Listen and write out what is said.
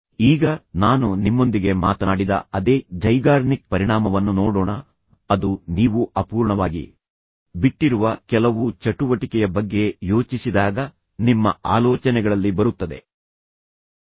ಈಗ ನಾನು ನಿಮ್ಮೊಂದಿಗೆ ಮಾತನಾಡಿದ ಅದೇ ಝೈಗಾರ್ನಿಕ್ ಪರಿಣಾಮವನ್ನು ನೋಡೋಣ ಅದು ನೀವು ಅಪೂರ್ಣವಾಗಿ ಬಿಟ್ಟಿರುವ ಕೆಲವು ಚಟುವಟಿಕೆಯ ಬಗ್ಗೆ ಯೋಚಿಸಿದಾಗ ನಿಮ್ಮ ಆಲೋಚನೆಗಳಲ್ಲಿ ಬರುತ್ತದೆ